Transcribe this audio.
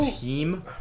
team